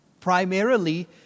primarily